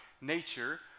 nature